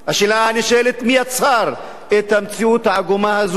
השאלה הנשאלת היא, מי יצר את המציאות העגומה הזאת?